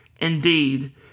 indeed